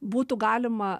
būtų galima